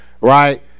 right